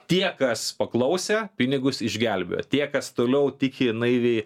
tie kas paklausė pinigus išgelbėjo tie kas toliau tiki naiviai